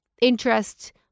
interest